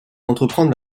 entreprendre